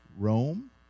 Rome